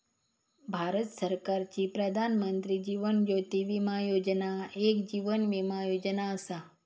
भारत सरकारची प्रधानमंत्री जीवन ज्योती विमा योजना एक जीवन विमा योजना असा